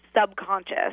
subconscious